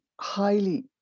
highly